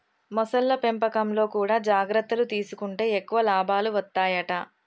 మొసళ్ల పెంపకంలో కూడా జాగ్రత్తలు తీసుకుంటే ఎక్కువ లాభాలు వత్తాయట